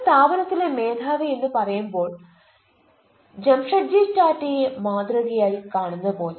ഒരു സ്ഥാപനത്തിലെ മേധാവി എന്ന് പറയുമ്പോൾ ജംഷെഡ്ജി ടാറ്റയെ മാതൃക ആയി കാണുന്ന പോലെ